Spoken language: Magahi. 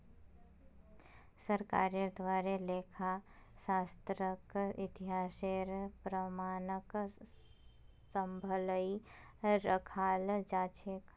सरकारेर द्वारे लेखा शास्त्रक इतिहासेर प्रमाणक सम्भलई रखाल जा छेक